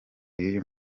y’uyu